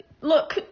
look